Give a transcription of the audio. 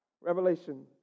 Revelation